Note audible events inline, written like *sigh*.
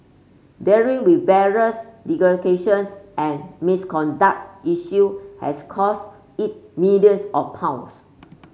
dealing with various *unintelligible* and misconduct issue has cost it billions of pounds